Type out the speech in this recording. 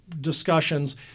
discussions